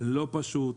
לא פשוט,